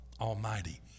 Almighty